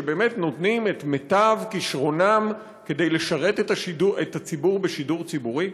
שבאמת נותנים את מיטב כישרונם כדי לשרת את הציבור בשידור ציבורי?